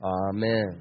Amen